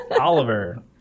Oliver